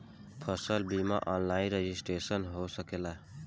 फसल बिमा online registration हो सकेला?